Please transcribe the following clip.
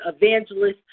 Evangelist